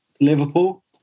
Liverpool